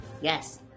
Yes